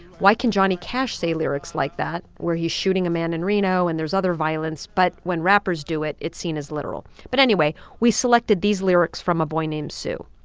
why can johnny cash say lyrics like that, where he's shooting a man in reno, and there's other violence? but when rappers do it, it's seen as literal but anyway, we selected these lyrics from a boy named sue.